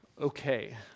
Okay